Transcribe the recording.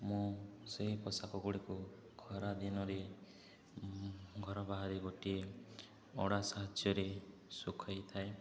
ମୁଁ ସେହି ପୋଷାକ ଗୁଡ଼ିକୁ ଖରା ଦିନରେ ଘର ବାହାରେ ଗୋଟିଏ ଅଡ଼ା ସାହାଯ୍ୟରେ ଶୁଖାଇଥାଏ